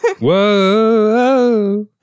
whoa